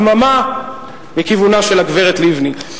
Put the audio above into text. דממה מכיוונה של הגברת לבני.